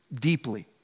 deeply